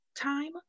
time